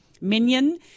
minion